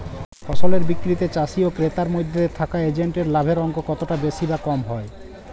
ফসলের বিক্রিতে চাষী ও ক্রেতার মধ্যে থাকা এজেন্টদের লাভের অঙ্ক কতটা বেশি বা কম হয়?